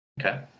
Okay